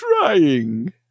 trying